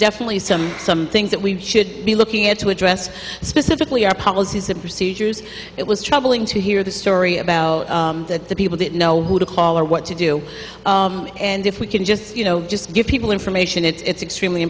definitely some things that we should be looking at to address specifically our policies and procedures it was troubling to hear the story about the people that know who to call or what to do and if we can just you know just give people information it's extremely